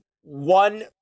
one